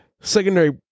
secondary